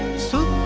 sir